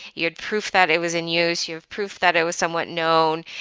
you had proof that it was in use. you have proof that it was somewhat known,